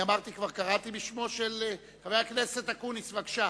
אני כבר קראתי בשמו של, חבר הכנסת אקוניס, בבקשה,